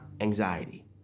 anxiety